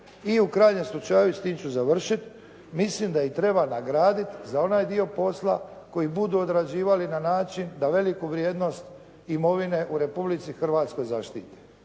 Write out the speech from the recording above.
i u krajnjem slučaju, s tim ću završit, mislim da ih treba nagradit za onaj dio posla koji budu odrađivali na način da veliku vrijednost imovine u Republici Hrvatskoj zaštite.